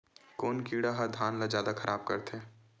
कोन कीड़ा ह धान ल जादा खराब करथे?